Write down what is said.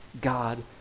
God